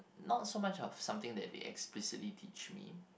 not so much of something that they explicitly teach me